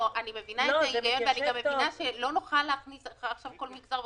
אני מבינה את ההיגיון ומבינה שלא נוכל להכניס כל מגזר.